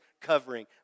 covering